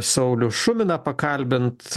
saulių šuminą pakalbint